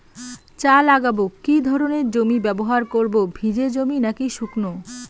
চা লাগাবো কি ধরনের জমি ব্যবহার করব ভিজে জমি নাকি শুকনো?